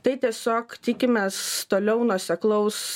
tai tiesiog tikimės toliau nuoseklaus